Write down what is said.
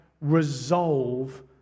resolve